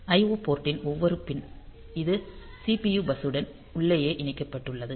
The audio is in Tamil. IO போர்ட்டின் ஒவ்வொரு பின் இது CPU பஸ்ஸுடன் உள்ளேயே இணைக்கப்பட்டுள்ளது